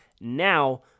now